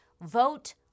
vote